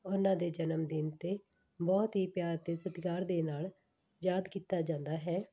ਉਹਨਾਂ ਦੇ ਜਨਮ ਦਿਨ 'ਤੇ ਬਹੁਤ ਹੀ ਪਿਆਰ ਅਤੇ ਸਤਿਕਾਰ ਦੇ ਨਾਲ ਯਾਦ ਕੀਤਾ ਜਾਂਦਾ ਹੈ